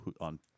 on